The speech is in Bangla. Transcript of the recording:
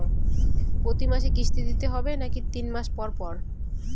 প্রতিমাসে কিস্তি দিতে হবে নাকি তিন মাস পর পর?